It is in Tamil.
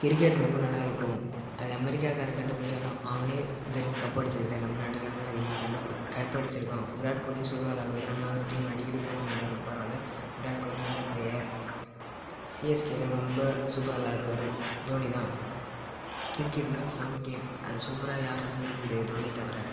கிரிக்கெட் ரொம்ப நல்லா இருக்கும் அது அமெரிக்காக்காரன் கண்டுபிடிச்சாலும் அவனே இது வரையும் கப் அடித்ததில்ல நம்ம நாட்டுக்காரன்தான் அதிகமாக கண்டுபுடி கப் அடித்திருக்கான் விராட்கோலியும் சூப்பராக விளையாடுவார் ஆனால் அவர் டீம் அடிக்கடி தோத்துன்னுருந்தாலும் பரவாயில்லை விராட் கோலி நல்ல பிளேயர் சிஎஸ்கேலேயே ரொம்ப சூப்பராக விளையாடுவார் தோனிதான் கிரிக்கெட்னா செம்ம கேம் அது சூப்பராக யாராலேயும் விளையாட முடியாது தோனியத் தவிர